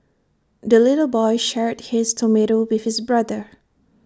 the little boy shared his tomato with his brother